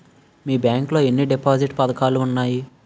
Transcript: మీ bank లో ఎన్ని deposit పథకాలు ఉన్నాయి?